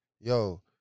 yo